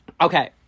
Okay